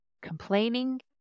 complaining